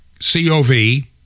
C-O-V